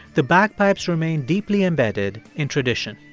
the bagpipes remain deeply embedded in tradition.